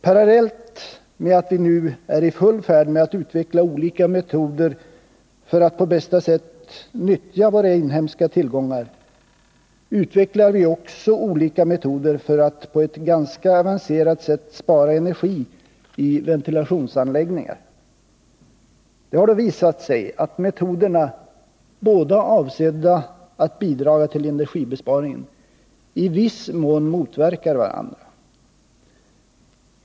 Parallellt med att vi nu är i full färd med att utveckla olika metoder för att på bästa sätt nyttja våra inhemska tillgångar, utvecklar vi också olika metoder för att på ett ganska avancerat sätt spara energi i ventilationsanläggningar. Det har då visat sig att metoderna, båda avsedda att bidraga till energibesparingen, i viss mån motverkar varandra.